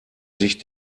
sich